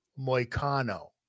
Moicano